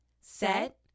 set